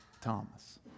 Thomas